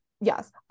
yes